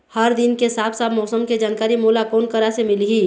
हर दिन के साफ साफ मौसम के जानकारी मोला कोन करा से मिलही?